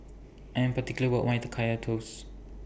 I Am particular about My Kaya Toast